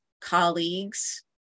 colleagues